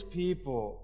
people